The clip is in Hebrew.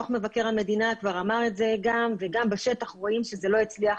דוח מבקר המדינה כבר אמר את זה וגם בשטח רואים שזה לא הצליח.